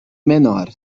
menor